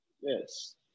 Yes